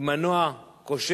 עם מנוע כושל,